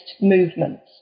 movements